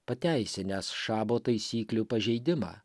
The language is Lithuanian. pateisinęs šabo taisyklių pažeidimą